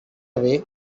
away